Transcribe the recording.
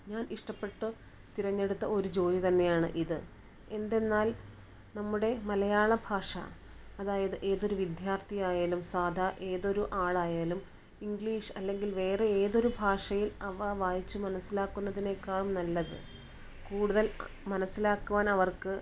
ഞാന് ഇഷ്ടപ്പെട്ട് തിരഞ്ഞെടുത്ത ഒരു ജോലി തന്നെയാണ് ഇത് എന്തെന്നാല് നമ്മുടെ മലയാള ഭാഷ അതായത് ഏതൊരു വിദ്യാര്ത്ഥി ആയാലും സാധാ ഏതൊരു ആളായാലും ഇംഗ്ലീഷ് അല്ലെങ്കില് വേറെ ഏതൊരു ഭാഷയില് അവ വായിച്ച് മനസിലാക്കുന്നതിനെക്കാളും നല്ലത് കൂടുതല് മനസിലാക്കുവാന് അവര്ക്ക്